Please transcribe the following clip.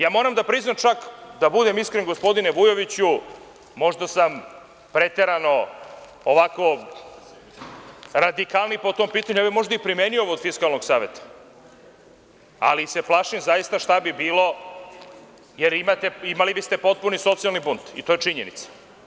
Ja moram da priznam čak, da budem iskren gospodine Vujoviću, možda sam preterano ovako radikalniji po tom pitanju, ja bih možda i primenio ovo od Fiskalnog saveta, ali se plašim zaista šta bi bilo jer imali biste potpuni socijalni bunt, i to je činjenica.